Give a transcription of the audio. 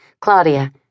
claudia